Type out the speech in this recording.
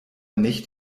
nicht